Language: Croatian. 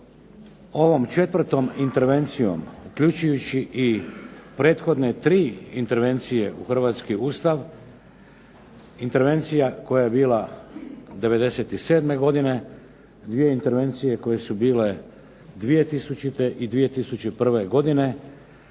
ovom četvrtom intervencijom uključujući i prethodne tri intervencije u hrvatski Ustav, intervencija koja je bila '97. godine, dvije intervencije koje su bile 2000. i 2001. godine